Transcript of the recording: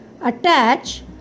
attach